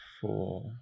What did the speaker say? Four